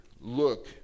look